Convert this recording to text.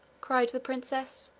cried the princess.